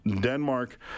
Denmark